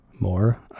more